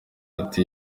ati